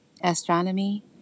astronomy